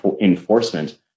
enforcement